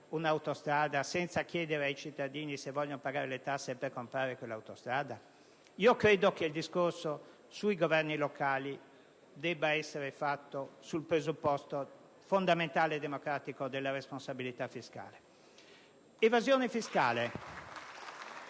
un'autostrada senza chiedere ai cittadini se intendono pagare le tasse per tale acquisto? Credo che il discorso sui governi locali debba essere fatto sul presupposto fondamentale e democratico della responsabilità fiscale. *(Applausi dal